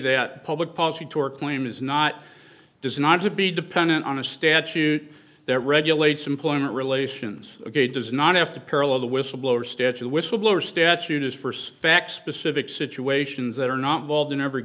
that public apology tour claim is not does not to be dependent on a statute that regulates employment relations ok does not have to parallel the whistleblower statue whistleblower statute is st fact specific situations that are not involved in every